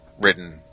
written